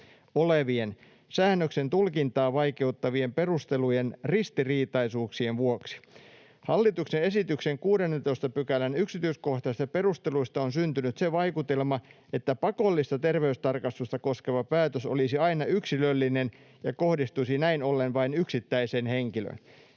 olevien, säännösten tulkintaa vaikeuttavien perustelujen ristiriitaisuuksien vuoksi. Hallituksen esityksen 16 §:n yksityiskohtaisista perusteluista on syntynyt se vaikutelma, että pakollista terveystarkastusta koskeva päätös olisi aina yksilöllinen ja kohdistuisi näin ollen vain yksittäiseen henkilöön.”